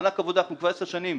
מענק עבודה כבר 10 שנים,